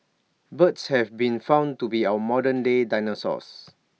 birds have been found to be our modern day dinosaurs